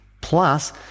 Plus